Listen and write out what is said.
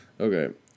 Okay